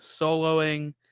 soloing